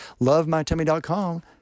Lovemytummy.com